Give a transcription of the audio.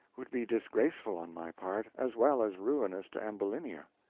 would be disgraceful on my part, as well as ruinous to ambulinia.